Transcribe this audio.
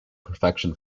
perfection